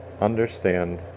understand